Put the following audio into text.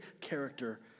character